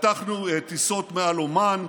פתחנו טיסות מעל עומאן,